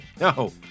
no